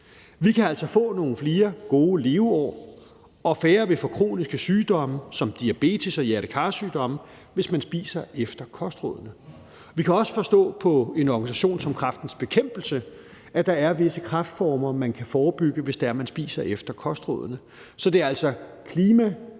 Vi kan altså få nogle flere gode leveår, og færre vil få kroniske sygdomme som diabetes og hjerte-kar-sygdomme, hvis man spiser efter kostrådene. Vi kan også forstå på en organisation som Kræftens Bekæmpelse, at der er visse kræftformer, man kan forebygge, hvis man spiser efter kostrådene. Så det er altså klima,